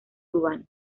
urbanos